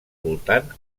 voltant